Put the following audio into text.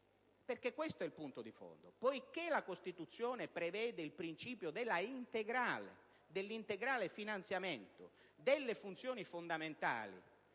locali? Questo è il punto di fondo. Poiché la Costituzione prevede il principio dell'integrale finanziamento delle funzioni fondamentali